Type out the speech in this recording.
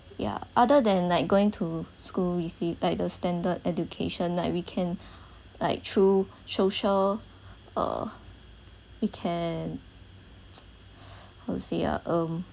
ya other than like going to school received like the standard education like we can like through social uh we can how to say ah um